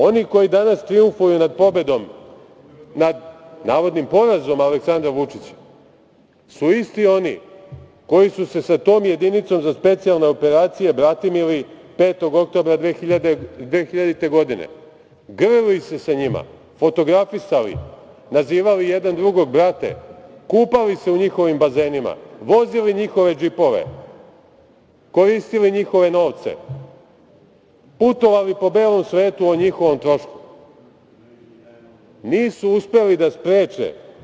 Oni koji danas trijumfuju nad navodnim porazom Aleksandra Vučića su isti oni koji su se tom Jedinicom za specijalne operacije bratimili 5. oktobra 2000. godine, grlili se sa njima, fotografisali, nazivali jedan drugog brate, kupali se u njihovim bazenima, vozili njihove džipove, koristili njihove novce, putovali po belom svetu o njihovom trošku, nisu uspeli da spreče.